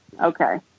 Okay